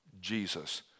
Jesus